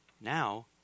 Now